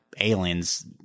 aliens